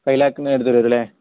five ലാക്കിൻ്റെ അടുത്ത് വരും അല്ലേ